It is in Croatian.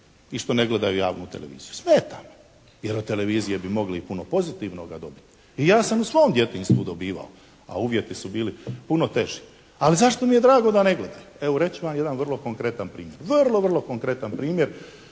i što ne gledaju javnu televiziju. Sretan, jer od televizije bi mogli puno pozitivnoga dobiti. I ja sam u svom djetinjstvu dobivao a uvjeti su bili puno teži. Ali zašto mi je drago da ne gledaju? Evo reći ću vam jedan vrlo konkretan primjer. Vrlo, vrlo konkretan primjer.